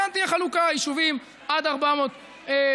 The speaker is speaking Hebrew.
כן תהיה חלוקה: יישובים עד 400 תושבים,